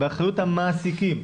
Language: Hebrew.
באחריות המעסיקים.